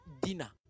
dinner